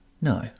No